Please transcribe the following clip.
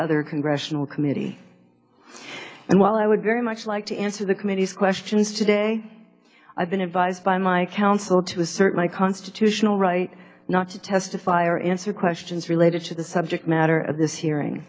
other congressional committee and while i would very much like to answer the committee's questions today i've been advised by my counsel to assert my constitutional right not to testify or into questions related to the subject matter of this hearing